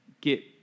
get